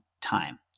time